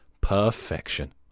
Perfection